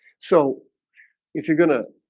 so if you're gonna